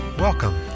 Welcome